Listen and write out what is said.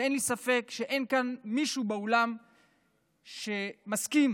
ואין לי ספק שיש כאן מישהו באולם שלא מסכים